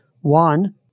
One